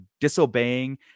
disobeying